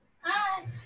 hi